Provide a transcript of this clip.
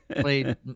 played